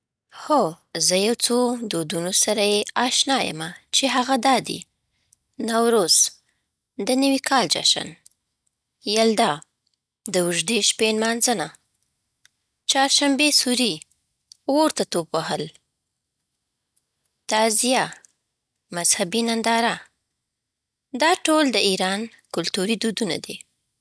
هو زه یو څو دودونو سره یی آشنا یمه چی عغه دادی: نوروز د نوي کال جشن. یلدا د اوږدې شپې نمانځنه. چهارشنبه سوری اور ته ټوپ وهل. تعزیه مذهبي ننداره. دا ټول د ایران کلتوري دودونه دي.